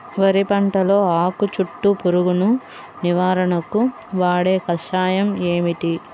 వరి పంటలో ఆకు చుట్టూ పురుగును నివారణకు వాడే కషాయం ఏమిటి?